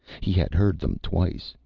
he had heard them twice,